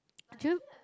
do you